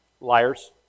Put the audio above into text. Liars